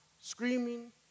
screaming